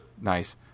Nice